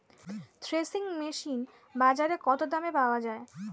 Threshing machine বাজারে কত দামে পাওয়া যায়?